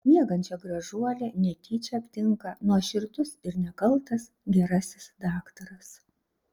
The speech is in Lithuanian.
miegančią gražuolę netyčia aptinka nuoširdus ir nekaltas gerasis daktaras